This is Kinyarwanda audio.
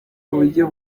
uburyo